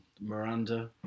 Miranda